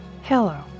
Hello